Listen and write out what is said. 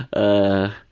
a